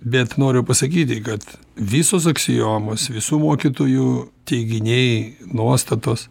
bet noriu pasakyti kad visos aksiomos visų mokytojų teiginiai nuostatos